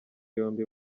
yombi